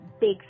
big